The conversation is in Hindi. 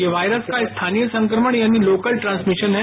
ये वायरस का स्थानीय संक्रमण यानी लोकल ट्रांसमिशन है